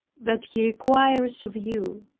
that he requires of you.